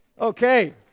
Okay